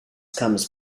comes